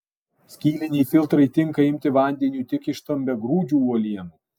skyliniai filtrai tinka imti vandeniui tik iš stambiagrūdžių uolienų